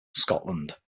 scotland